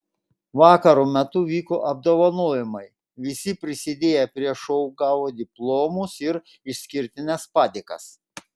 vakaro metu vyko apdovanojimai visi prisidėję prie šou gavo diplomus ir išskirtines padėkas